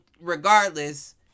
regardless